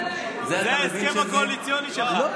זה בהסכם הקואליציוני שלך.